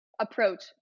approach